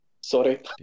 Sorry